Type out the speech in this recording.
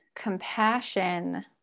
compassion